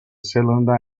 cylinder